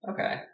Okay